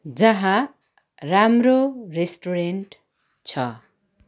जहाँ राम्रो रेस्टुरेन्ट छ